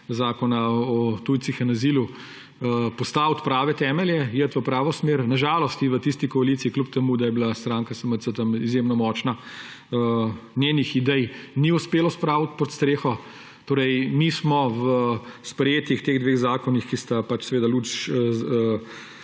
Zakona o tujcih in azilu, postaviti prave temelje, iti v pravo smer. Na žalost ji v tisti koaliciji, kljub temu da je bila stranka SMC tam izjemno močna, njenih idej ni uspelo spraviti pod streho. Mi smo v sprejetih teh dveh zakonih, ki sta pač luč